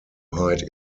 hide